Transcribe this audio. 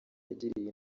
yagiriye